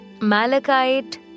malachite